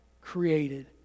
created